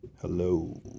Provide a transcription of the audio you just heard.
Hello